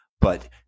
but-